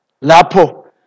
Lapo